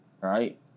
right